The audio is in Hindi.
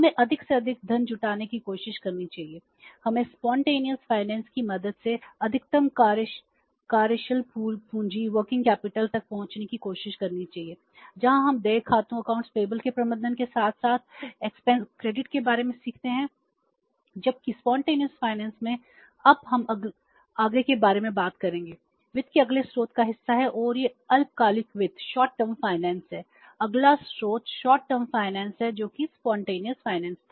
हमें अधिक से अधिक धन जुटाने की कोशिश करनी चाहिए हमें स्पॉन्टेनियस फाइनेंस था